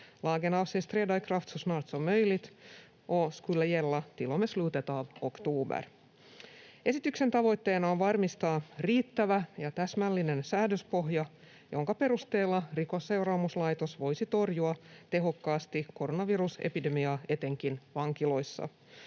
Lagen avses träda i kraft så snart som möjligt och skulle gälla till och med slutet av oktober. Esityksen tavoitteena on varmistaa riittävä ja täsmällinen säädöspohja, jonka perusteella Rikosseuraamuslaitos voisi torjua tehokkaasti koronavirusepidemiaa etenkin vankiloissa.